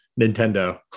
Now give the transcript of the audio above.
Nintendo